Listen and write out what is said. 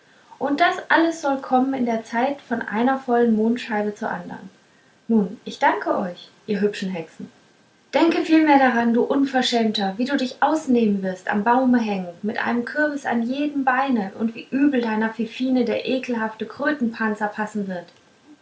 und das alles soll kommen in der zeit von einer vollen mondscheibe zur andern nun ich danke euch ihr hübschen hexen denke vielmehr daran du unverschämter wie du dich ausnehmen wirst am baume hängend mit einem kürbis an jedem beine und wie übel deiner fifine der ekelhafte krötenpanzer passen wird